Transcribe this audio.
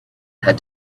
had